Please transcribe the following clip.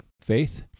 faith